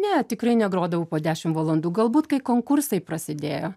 ne tikrai negrodavau po dešimt valandų galbūt kai konkursai prasidėjo